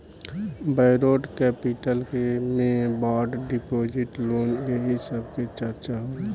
borrowed capital के में bond deposit loan एही सब के चर्चा होला